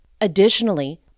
additionally